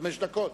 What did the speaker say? חמש דקות.